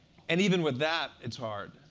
and even with that, it's hard.